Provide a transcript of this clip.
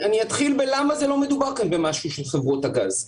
אני אתחיל בלמה לא מדובר כאן במשהו של חברות הגז.